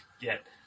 get